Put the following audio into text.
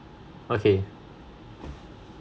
okay